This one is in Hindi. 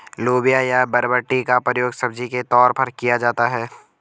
लोबिया या बरबटी का प्रयोग सब्जी के तौर पर किया जाता है